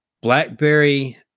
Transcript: Blackberry